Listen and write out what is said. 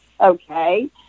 okay